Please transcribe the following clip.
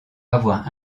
avoir